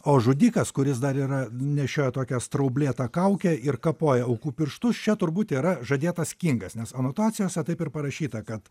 o žudikas kuris dar yra nešioja tokią straublėtą kaukę ir kapoja aukų pirštus čia turbūt yra žadėtas kingas nes anotacijose taip ir parašyta kad